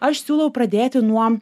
aš siūlau pradėti nuo